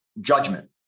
judgment